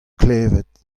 klevet